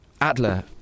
Adler